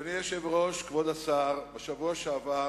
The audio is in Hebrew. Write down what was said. אדוני היושב-ראש, כבוד השר, בשבוע שעבר